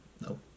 no